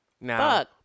Now